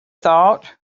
thought